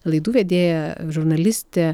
laidų vedėja žurnalistė